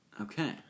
Okay